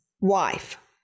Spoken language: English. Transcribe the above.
wife